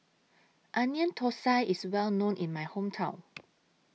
Onion Thosai IS Well known in My Hometown